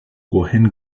cohen